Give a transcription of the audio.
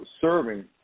serving